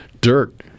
dirt